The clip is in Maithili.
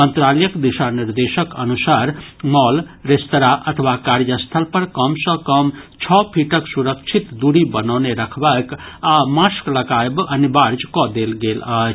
मंत्रालयक दिशा निर्देशक अनुसार मॉल रेस्तरां अथवा कार्यस्थल पर कम सॅ कम छओ फीटक सुरक्षित दूरी बनौने रखबाक आ मास्क लगायब अनिवार्य कऽ देल गेल अछि